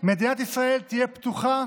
"מדינת ישראל תהא פתוחה